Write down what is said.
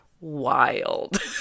wild